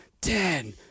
ten